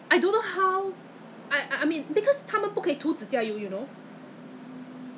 after I wash my hands ah then dry then apply a little bit of the hand sanitizer on my finger tip